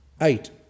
eight